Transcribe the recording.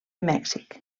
mèxic